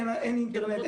אין אינטרנט,